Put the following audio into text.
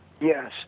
yes